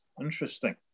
Interesting